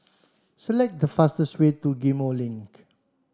select the fastest way to Ghim Moh Link